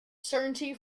certainty